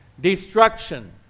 destruction